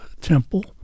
temple